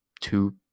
two